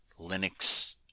Linux